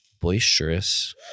boisterous